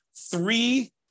three